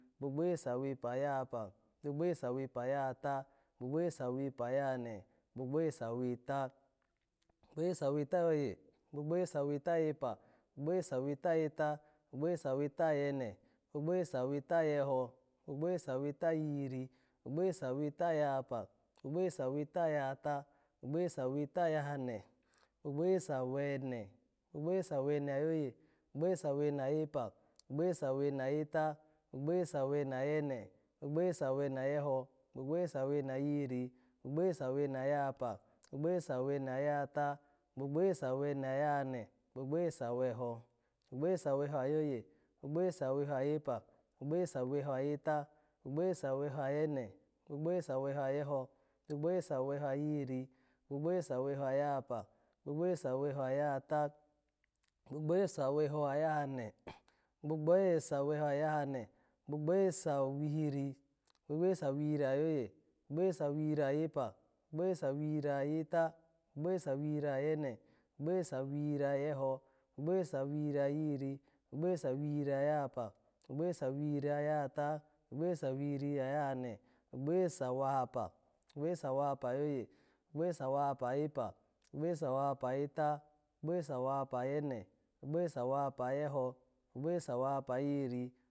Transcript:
Gbogbo oye sawepa ayahapa, gbogbo oye sawepa ayahata, gbogbo oye sawepa saweta, gbogbo oye saweta ayoye, gbogbo oye saweta ayepa, gbogbo oye saweta ayeta, gbogbo oye saweta ayene, gbogbo oye saweta ayeho, gbogbo oye saweta ayihiri, gbogbo oye saweta ayahapa, gbogbo oye saweta ayahata, gbogbo oye saweta ayahane, gbogbo oye sawene, gbogbo oye sawene, gbogbo oye sawene ayoye, gbogbo oye sawene ayepa, gbogbo oye sawene ayeta, gbogbo oye sawene ayene, gbogbo oye sawene ayeho, gbogbo oye sawene ayihiri, gbogbo oye sawene ayahapa, gbogbo oye sawene ayahata, gbogbo oye sawene ayahane, gbogbo oye saweho, gbogbo oye saweho ayoye, gbogbo oye saweho ayepa, gbogbo oye saweho ayeta, gbogbo oye saweho ayene, gbogbo oye saweho ayeho, gbogbo oye saweho ayihiri, gbogbo oye saweho ayahapa, gbogbo oye saweho ayahata, gbogbo oye saweho ayahane, gbogbo oye saweho ayahane, gbogbo oye sawihiri, gbogbo oye sawihiri ayoye, gbogbo oye sawihiri ayepa, gbogbo oye sawihiri ayeta, gbogbo oye sawihiri ayene, gbogbo oye sawihiri ayeho, gbogbo oye sawihiri ayihiri, gbogbo oye sawihiri ayahapa, gbogbo oye sawihiri ayahata, gbogbo oye sawihiri ayahane, gbogbo oye sawahapa, gbogbo oye sawahapa ayoye, gbogbo oye sawahapa ayepa, gbogbo oye sawahapa ayeta, gbogbo oye sawahapa ayene, gbogbo oye sawahapa ayeho, gbogbo oye sawahapa ayihiri